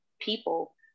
people